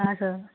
હા સર